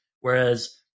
Whereas